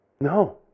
No